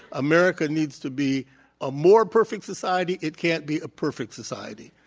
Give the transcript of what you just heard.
america needs to be a more perfect society it can't be a perfect society